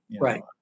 right